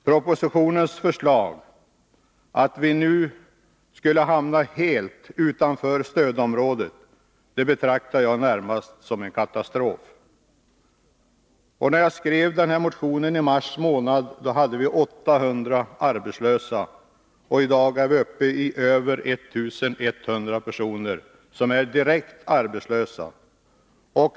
Propositionens förslag, att vi nu skulle hamna helt utanför stödområdena, betraktar jag närmast som en katastrof. När jag skrev motionen i mars månad hade vi 800 arbetslösa. I dag är vi uppe i över 1 100 personer, som är direkt arbetslösa.